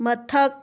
ꯃꯊꯛ